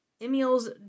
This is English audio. Emil's